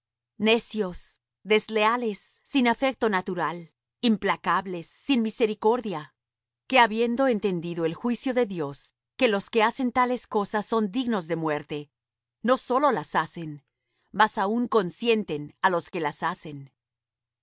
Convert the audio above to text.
necios desleales sin afecto natural implacables sin misericordia que habiendo entendido el juicio de dios que los que hacen tales cosas son dignos de muerte no sólo las hacen más aún consienten á los que las hacen por